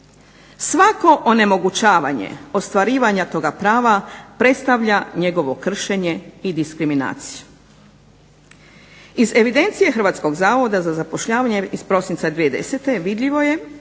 Svako onemogućavanje ostvarivanje toga prava predstavlja njegovo kršenje i diskriminaciju. Iz evidencije Hrvatskog zavoda za zapošljavanje iz prosinca 2010. vidljivo je